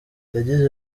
yagize